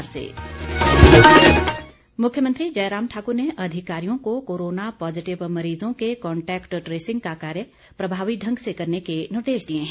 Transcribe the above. मुख्यमंत्री मुख्यमंत्री जयराम ठाक्र ने अधिकारियों को कोरोना पॉजिटिव मरीजों के कॉन्टैक्ट ट्रेसिंग का कार्य प्रभावी ढंग से करने के निर्देश दिए हैं